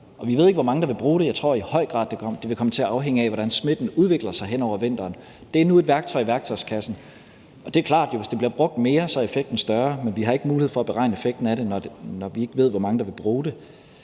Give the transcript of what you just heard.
vi ved ikke, hvor mange der vil bruge den. Jeg tror i høj grad, det vil komme til at afhænge af, hvordan smitten udvikler sig hen over vinteren. Det er nu et værktøj i værktøjskassen, og det er klart, at hvis det bliver brugt mere, så vil effekten være større, men vi har ikke mulighed for at beregne effekten af det, når vi ikke ved, hvor mange der vil bruge det.